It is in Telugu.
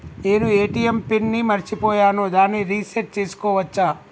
నేను ఏ.టి.ఎం పిన్ ని మరచిపోయాను దాన్ని రీ సెట్ చేసుకోవచ్చా?